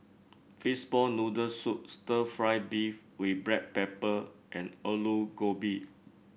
Fishball Noodle Soup stir fry beef with Black Pepper and Aloo Gobi